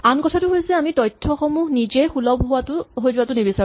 আনকথাটো হৈছে আমি তথ্যসমূহ নিজেই সুলভ হৈ যোৱাটো নিবিচাৰো